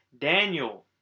Daniel